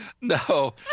No